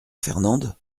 fernande